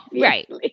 right